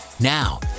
Now